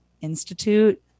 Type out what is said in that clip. institute